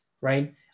Right